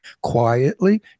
quietly